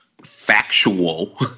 Factual